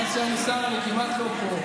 מאז שאני שר אני כמעט לא פה.